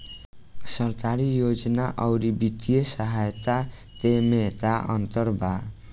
सरकारी योजना आउर वित्तीय सहायता के में का अंतर बा?